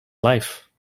life